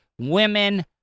Women